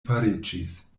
fariĝis